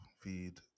feed